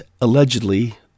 allegedly